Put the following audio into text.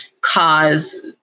cause